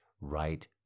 right